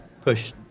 push